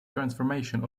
transformation